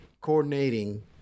coordinating